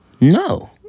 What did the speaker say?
No